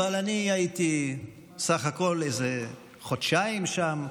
אבל אני הייתי סך הכול איזה חודשיים שם,